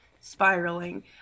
spiraling